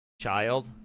child